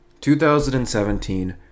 2017